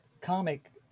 comic